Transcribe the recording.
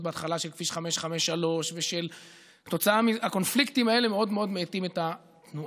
של כביש 553. הקונפליקטים האלה מאוד מאיטים את התנועה.